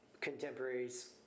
contemporaries